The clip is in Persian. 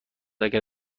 اگر